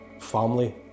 family